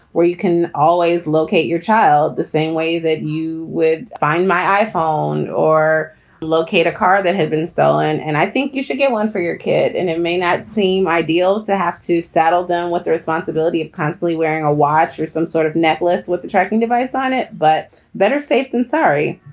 you can always locate your child the same way that you would find my iphone or locate a car that had been stolen. and i think you should get one for your kid. and it may not seem ideal to have to saddle them with the responsibility of constantly wearing a watch or some sort of necklace with the tracking device on it. but better safe than sorry.